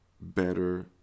better